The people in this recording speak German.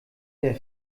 der